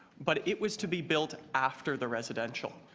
but it was to be built after the residential.